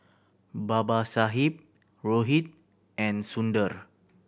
Babasaheb Rohit and Sundar